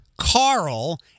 Carl